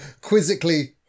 quizzically